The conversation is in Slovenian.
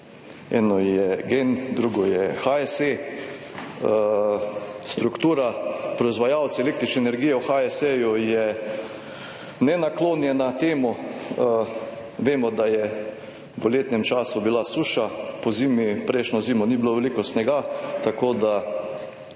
Eno je Gen drugo je HSE. Struktura, proizvajalci električne energije v HSE ju je nenaklonjena temu. Vemo, da je v letnem času bila suša, pozimi, prejšnjo zimo ni bilo veliko snega, tako da